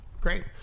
Great